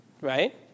right